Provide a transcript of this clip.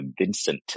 Vincent